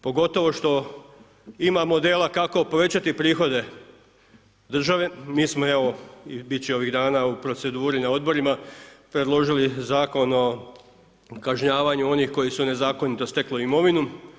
Pogotovo što ima modela kako povećati prihode države, mi smo evo i biti će ovih dana u proceduri na odborima predložili zakon o kažnjavanju onih koji su nezakonito stekli imovinu.